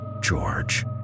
george